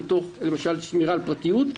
מתוך שמירה על פרטיות,